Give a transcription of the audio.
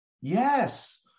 Yes